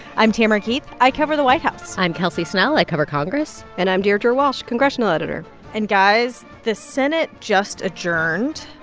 i'm tamara keith. i cover the white house i'm kelsey snell. i cover congress and i'm deirdre walsh, congressional editor and guys, the senate just adjourned.